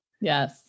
Yes